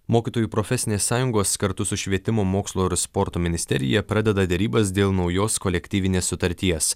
mokytojų profesinės sąjungos kartu su švietimo mokslo ir sporto ministerija pradeda derybas dėl naujos kolektyvinės sutarties